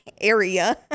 area